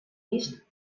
vist